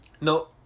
No